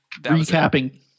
recapping